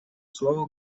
слово